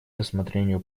рассмотрению